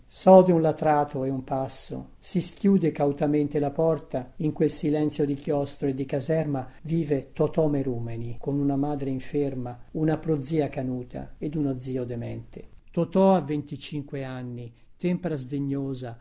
gorgòne sode un latrato e un passo si schiude cautamente la porta in quel silenzio di chiostro e di caserma vive totò merùmeni con una madre inferma una prozia canuta ed uno zio demente i totò ha venticinque anni tempra sdegnosa